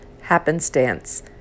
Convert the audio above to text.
happenstance